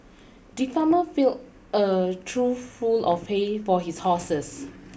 the farmer fill a trough full of hay for his horses